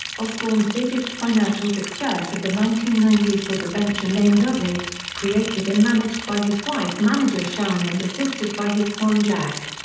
osbourne's biggest financial success of the nineteen ninety s was a venture named ozzfest, created and managed by his wife manager sharon and assisted by his son jack.